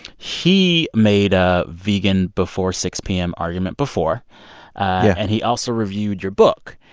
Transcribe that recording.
he made a vegan before six p m. argument before yeah and he also reviewed your book.